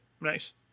nice